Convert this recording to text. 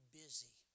busy